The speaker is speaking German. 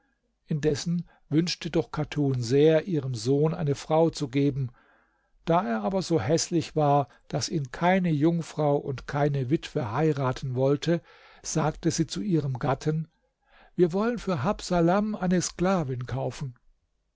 indessen wünschte doch chatun sehr ihrem sohn eine frau zu geben da er aber so häßlich war daß ihn keine jungfrau und keine witwe heiraten wollte sagte sie zu ihrem gatten wir wollen für habsalam eine sklavin kaufen